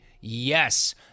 Yes